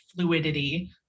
fluidity